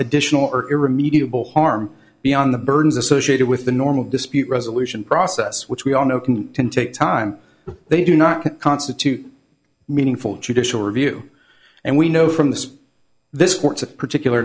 additional or irremediable harm beyond the burdens associated with the normal dispute resolution process which we all know can take time they do not constitute meaningful judicial review and we know from this this court's particular